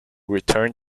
return